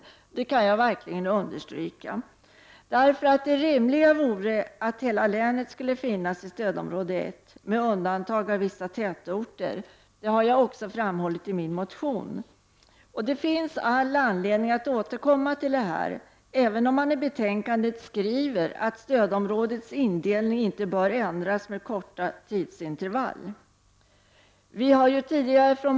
Och det kan jag verkligen understryka. Det rimliga vore att hela länet skulle finnas i stödområde 1 med undantag av vissa tätorter. Detta har jag också framhållit i min motion. Det finns all anledning att återkomma till detta även om man i betänkandet skriver att stödområdesindelningen inte bör ändras med korta tidsintervall.